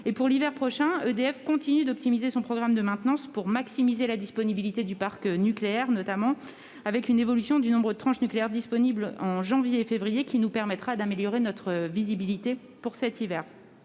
Pour l'hiver prochain, EDF continue d'optimiser son programme de maintenance pour maximiser la disponibilité du parc nucléaire, notamment avec une évolution du nombre de tranches nucléaires disponibles en janvier et février, ce qui améliorera notre visibilité. Par